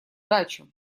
дачу